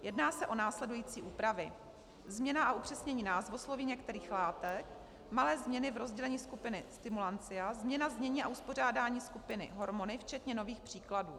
Jedná se o následující úpravy: změna a upřesnění názvosloví některých látek, malé změny v rozdělení skupiny stimulancia, změna znění a uspořádání skupiny hormony včetně nových příkladů.